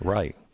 Right